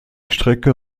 strecke